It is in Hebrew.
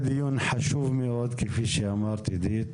מאוד, כפי שאמרת עידית,